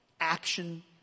action